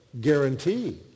guarantee